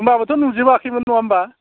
होनब्लाबोथ' नुजोबाखैमोन नङा होनब्ला